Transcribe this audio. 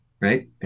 Right